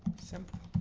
simple